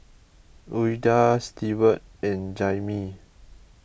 Ouida Stewart and Jaimee